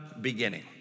beginning